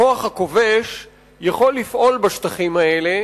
הכוח הכובש יכול לפעול בשטחים האלה